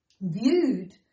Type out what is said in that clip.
viewed